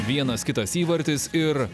vienas kitas įvartis ir